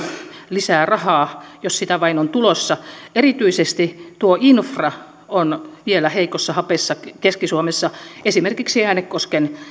lisää rahaa jos sitä vain on tulossa erityisesti tuo infra on vielä heikossa hapessa keski suomessa esimerkiksi äänekosken